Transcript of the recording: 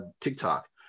TikTok